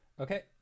okay